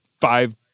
five